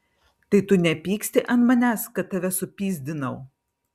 tai tu nepyksti ant manęs kad tave supyzdinau